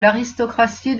l’aristocratie